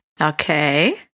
Okay